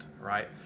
right